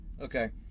Okay